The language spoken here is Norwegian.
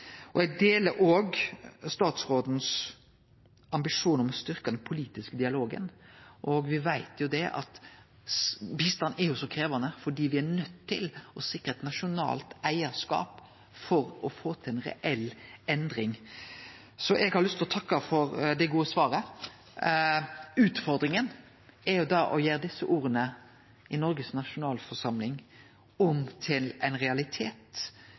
Eg deler òg statsrådens ambisjon om å styrkje den politiske dialogen. Me veit at bistand er krevjande, fordi me er nøydde til å sikre eit nasjonalt eigarskap for å få til ei reell endring. Så eg har lyst til å takke for det gode svaret. Utfordringa er å gjere desse orda i Noregs nasjonalforsamling om til ein realitet